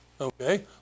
Okay